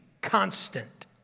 constant